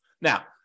Now